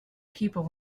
people